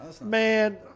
Man